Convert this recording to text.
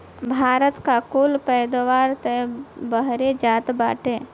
भारत का कुल पैदावार तअ बहरे जात बाटे